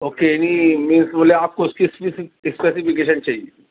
okay جی مینس بولے آپ کو اس کی اسپیس اسپیسیفیکیشن چاہیے